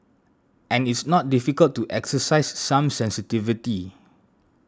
and it's not difficult to exercise some sensitivity